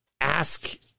ask